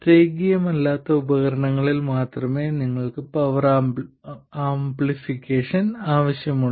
രേഖീയമല്ലാത്ത ഉപകരണങ്ങളിൽ മാത്രമേ നിങ്ങൾക്ക് പവർ ആംപ്ലിഫിക്കേഷൻ ആവശ്യമുള്ളൂ